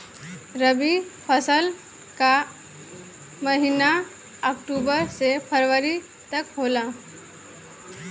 रवी फसल क महिना अक्टूबर से फरवरी तक होला